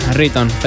riton